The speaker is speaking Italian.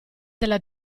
della